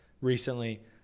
recently